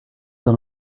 dans